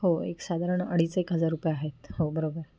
हो एक साधारण अडीच एक हजार रुपये आहेत हो बरोबर